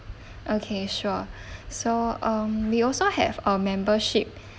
okay sure so um we also have uh membership